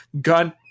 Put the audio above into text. gun